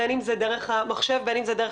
בין אם זה דרך המחשב בין אם זה דרך